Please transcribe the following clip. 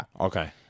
Okay